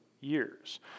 years